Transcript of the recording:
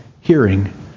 hearing